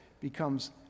becomes